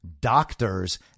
doctors